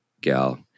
gal